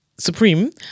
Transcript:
Supreme